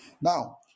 Now